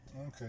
okay